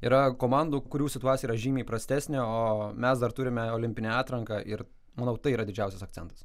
yra komandų kurių situacija yra žymiai prastesnė o mes dar turime olimpinę atranką ir manau tai yra didžiausias akcentas